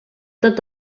tot